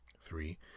Three